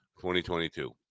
2022